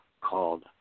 called